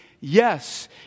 Yes